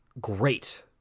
great